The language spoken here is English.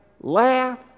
laugh